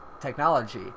technology